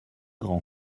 grand